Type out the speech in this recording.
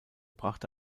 brachte